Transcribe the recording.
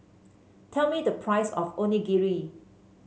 tell me the price of Onigiri